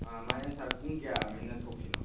ꯑꯥ ꯃꯥꯅꯦ ꯁꯥꯔ ꯄꯨꯡ ꯀꯌꯥ ꯑꯗꯨꯃꯥꯏꯅ ꯊꯣꯛꯁꯤꯅꯣ